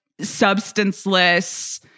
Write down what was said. substanceless